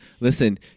Listen